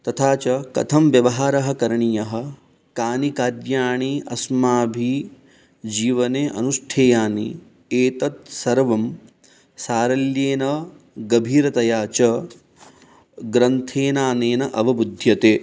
तथा च कथं व्यवहारः करणीयः कानि खाद्यानि अस्माभिः जीवने अनुष्ठेयानि एतत् सर्वं सारल्येन गभीरतया च ग्रन्थेनानेन अवबुध्यते